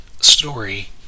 story